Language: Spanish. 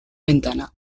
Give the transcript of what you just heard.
ventana